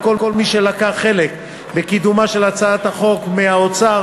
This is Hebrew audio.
לכל מי שלקח חלק בקידומה של הצעת החוק מהאוצר,